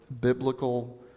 biblical